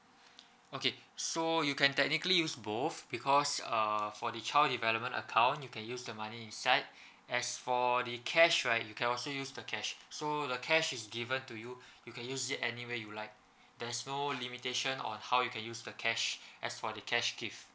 okay so you can technically use both because uh for the child development account you can use the money inside as for the cash right you can also use the cash so the cash is given to you you can use it anywhere you like there's no limitation on how you can use the cash as for the cash gift